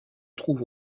trouve